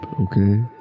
okay